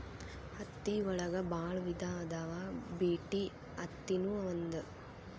ಹತ್ತಿ ಒಳಗ ಬಾಳ ವಿಧಾ ಅದಾವ ಬಿಟಿ ಅತ್ತಿ ನು ಒಂದ